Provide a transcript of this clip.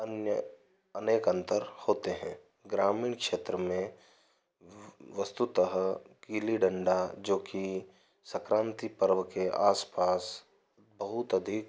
अन्य अनेक अंतर होते हैं ग्रामीण क्षेत्र में वस्तुतः गिली डंडा जो कि संक्रांति पर्व के आस पास बहुत अधिक